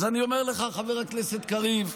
אז אני אומר לך, חבר הכנסת קריב,